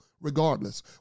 regardless